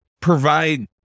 provide